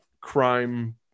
crime